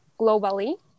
globally